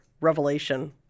revelation